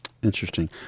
Interesting